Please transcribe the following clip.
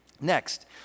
Next